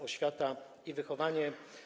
Oświata i wychowanie.